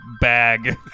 bag